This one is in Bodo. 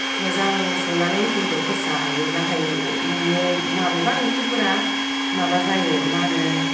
मोजां संनानै बेदरखौ जायो नाथाय माबेबा ओंख्रिफोरा माबा जायो मा होनो